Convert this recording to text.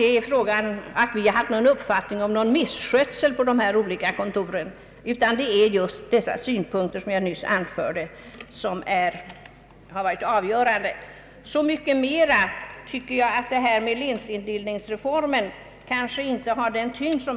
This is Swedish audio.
Riksbankens nuvarande lokala kontorsorganisation drar betydande kostnader, och riksdagsrevisorerna har enligt sin instruktion att se över på vilka områden samhällsekonomiska besparingar kan göras.